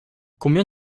combien